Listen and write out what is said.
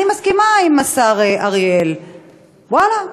אני מסכימה עם השר אריאל, ואללה,